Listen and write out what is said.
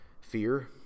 fear